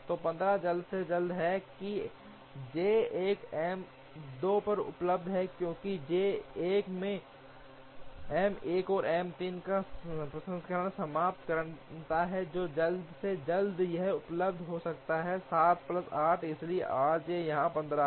तो 15 जल्द से जल्द है कि J 1 M 2 पर उपलब्ध है क्योंकि J 1 में M 1 और M 3 पर प्रसंस्करण समाप्त करना है और जल्द से जल्द यह उपलब्ध हो सकता है 7 प्लस 8 इसलिए rj यहाँ 15 है